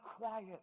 quiet